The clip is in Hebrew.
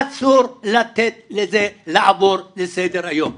אסור לתת לזה לעבור לסדר היום.